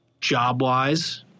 Job-wise